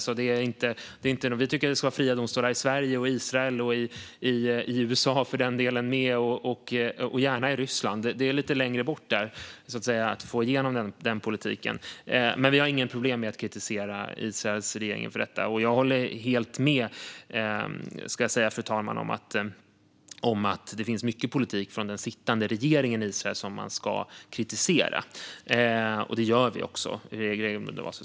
Vi tycker att det ska vara fria domstolar i Sverige, Israel och USA för den delen, och gärna i Ryssland. Där är det lite längre bort att få igenom den politiken, men vi har inga problem med att kritisera Israels regering för detta. Fru talman! Jag håller helt med om att det finns mycket politik från den sittande regeringen i Israel som man ska kritisera, och det gör vi också.